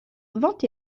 vingt